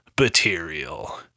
material